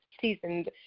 seasoned